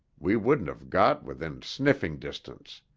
we wouldn't have got within sniffing distance.